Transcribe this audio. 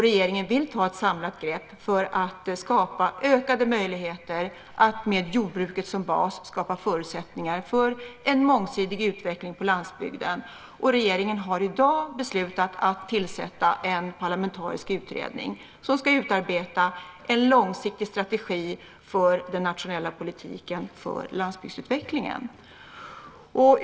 Regeringen vill ta ett samlat grepp för att skapa ökade möjligheter att med jordbruket som bas skapa förutsättningar för en mångsidig utveckling på landsbygden, och regeringen har i dag beslutat att tillsätta en parlamentarisk utredning som ska utarbeta en långsiktig strategi för den nationella politiken för landsbygdsutvecklingen.